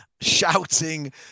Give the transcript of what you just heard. shouting